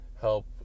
help